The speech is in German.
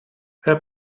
herr